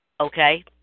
Okay